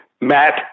Matt